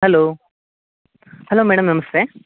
hello hello madam ನಮಸ್ತೆ